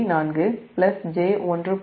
4 j1